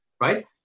right